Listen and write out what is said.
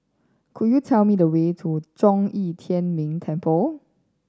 could you tell me the way to Zhong Yi Tian Ming Temple